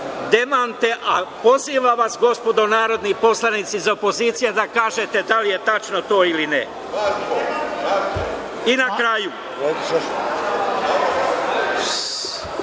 demante, a pozivam vas, gospodo narodni poslanici iz opozicije, da kažete da li je tačno to ili ne. **Dragoljub